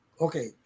Okay